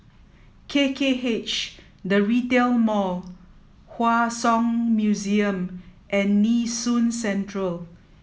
K K H The Retail Mall Hua Song Museum and Nee Soon Central